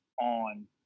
on